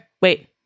Wait